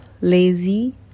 lazy